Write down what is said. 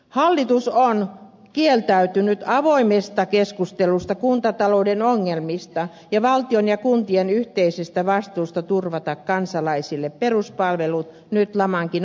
hallitus on kieltäytynyt avoimesta keskustelusta kuntatalouden ongelmista ja valtion ja kuntien yhteisestä vastuusta turvata kansalaisille peruspalvelut nyt lamankin aikana